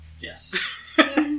Yes